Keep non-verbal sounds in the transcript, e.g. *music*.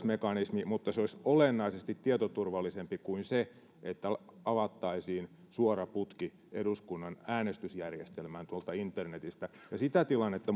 *unintelligible* mekanismi mutta se olisi olennaisesti tietoturvallisempi kuin se että avattaisiin suora putki eduskunnan äänestysjärjestelmään tuolta internetistä ja sitä tilannetta *unintelligible*